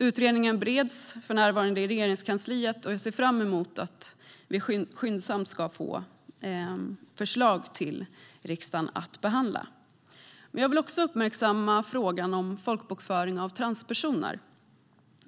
Utredningen bereds för närvarande i Regeringskansliet, och jag ser fram emot att vi skyndsamt ska få förslag till riksdagen att behandla. Jag vill också uppmärksamma frågan om folkbokföring av transpersoner.